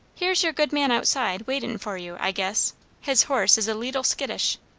here's your good man outside, waitin' for you, i guess his horse is a leetle skittish.